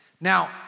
Now